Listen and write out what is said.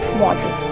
model